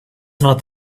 not